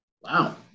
Wow